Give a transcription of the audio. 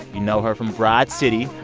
you know her from broad city,